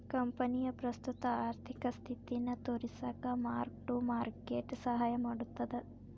ಕಂಪನಿಯ ಪ್ರಸ್ತುತ ಆರ್ಥಿಕ ಸ್ಥಿತಿನ ತೋರಿಸಕ ಮಾರ್ಕ್ ಟು ಮಾರ್ಕೆಟ್ ಸಹಾಯ ಮಾಡ್ತದ